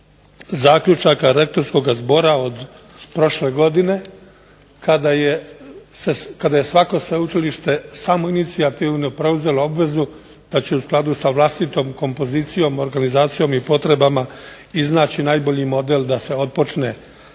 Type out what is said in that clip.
zaključaka Rektorskoga zbora od prošle godine kada je svako sveučilište samoinicijativno preuzelo obvezu da će u skladu sa vlastitom kompozicijom, organizacijom i potrebama iznaći najbolji model da se otpočne